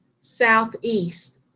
Southeast